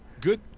Good